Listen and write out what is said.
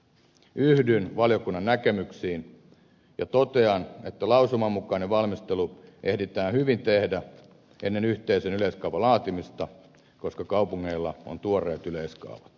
yhdyn valiokunnan näkemyksiin ja totean että lausuman mukainen valmistelu ehditään hyvin tehdä ennen yhteisen yleiskaavan laatimista koska kaupungeilla on tuoreet yleiskaavat